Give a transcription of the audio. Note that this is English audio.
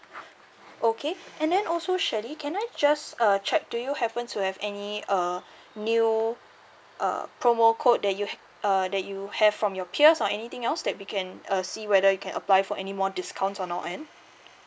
okay and then also shirley can I just uh check do you happen to have any uh new uh promo code that you ha~ uh that you have from your peers or anything else that we can uh see whether you can apply for any more discounts on our end